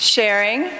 Sharing